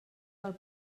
del